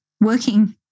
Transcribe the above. working